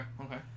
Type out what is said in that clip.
Okay